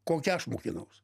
kokią aš mokinaus